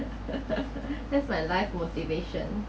that's my life motivation